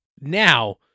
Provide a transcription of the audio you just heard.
now